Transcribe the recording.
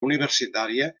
universitària